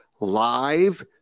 live